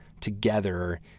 together